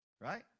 Right